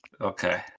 Okay